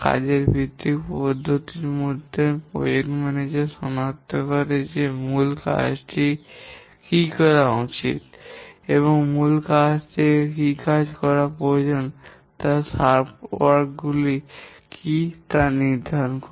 কাজের ভিত্তিক পদ্ধতির মধ্যে প্রকল্প ম্যানেজার সনাক্ত করেন যে মূল কাজটি কী করা উচিত এবং মূল কাজ থেকে কী কাজ করা প্রয়োজন তা উপ কাজ গুলি কী তা নির্ধারণ করে